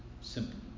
Simple